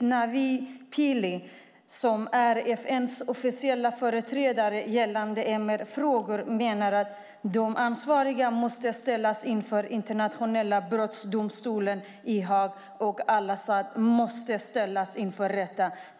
Navi Pillay, som är FN:s officiella företrädare gällande MR-frågor, menar att de ansvarliga måste ställas inför internationella brottmålsdomstolen i Haag och att al-Assad måste ställas inför rätta.